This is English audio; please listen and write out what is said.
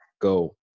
go